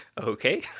Okay